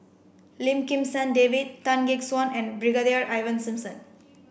Lim Kim San David Tan Gek Suan and Brigadier Ivan Simson